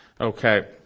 Okay